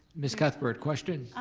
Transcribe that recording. miss cuthbert, question?